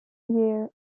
year